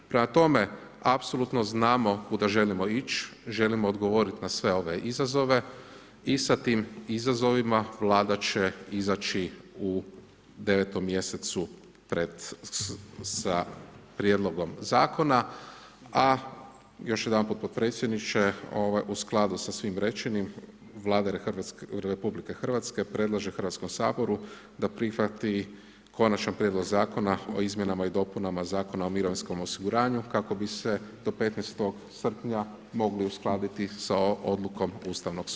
Prema tome, apsolutno znamo kuda želimo ići, želimo odgovoriti na sve ove izazove i sa svim ovim izazovima, Vlada će izaći u 9. mj. sa prijedlogom zakona, a još jedanput potpredsjedniče, u skladu sa svim rečenim, Vlada Republike Hrvatske predlaže Hrvatskom saboru da prihvati Konačni prijedlog Zakona o izmjenama i dopunama Zakona o mirovinskom osiguranju, kako bi se do 15. srpnja mogli uskladiti sa odlukom Ustavnog suda.